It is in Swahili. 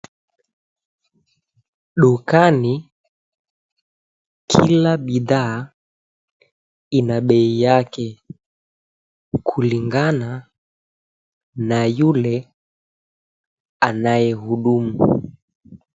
Dukani, kila bidhaa ina bei yake kulingana na yule anayehudumu.